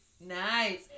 nice